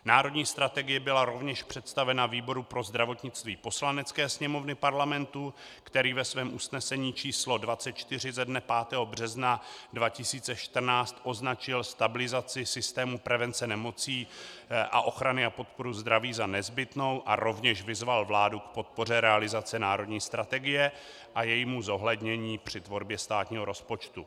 Národní strategie byla rovněž představena výboru pro zdravotnictví Poslanecké sněmovny Parlamentu, který ve svém usnesení číslo 24 ze dne 5. března 2014 označil stabilizaci systému prevence nemocí a ochrany a podpory zdraví za nezbytnou a rovněž vyzval vládu k podpoře realizace národní strategie a jejímu zohlednění při tvorbě státního rozpočtu.